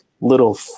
little